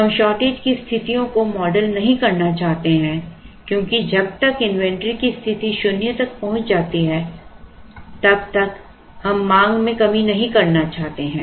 हम शॉर्टेज की स्थितियों को मॉडल नहीं करना चाहते हैं क्योंकि जब तक इन्वेंटरी की स्थिति शून्य तक पहुंच जाती है तब तक हम मांग में कमी नहीं करना चाहते हैं